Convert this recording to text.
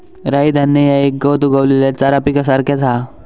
राई धान्य ह्या एक गवत उगवलेल्या चारा पिकासारख्याच हा